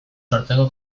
sortzeko